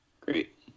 Great